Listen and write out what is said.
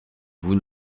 vous